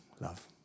love